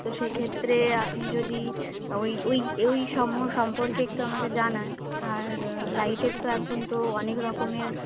তো সেক্ষেত্রে আপনি যদি ওই ওই ওই সম সম্পর্কে একটু আমাকে জানান আর লাইটের তো এখন তো অনেক রকমের